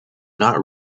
not